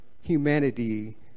humanity